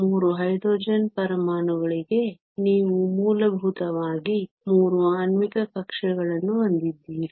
3 hydrogen ಪರಮಾಣುಗಳಿಗೆ ನೀವು ಮೂಲಭೂತವಾಗಿ 3 ಆಣ್ವಿಕ ಕಕ್ಷೆಗಳನ್ನು ಹೊಂದಿದ್ದೀರಿ